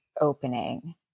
opening